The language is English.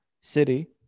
City